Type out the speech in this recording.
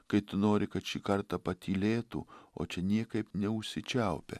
kai tu nori kad šį kartą patylėtų o čia niekaip neužsičiaupia